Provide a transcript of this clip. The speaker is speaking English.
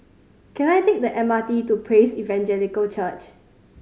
can I take the M R T to Praise Evangelical Church